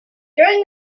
during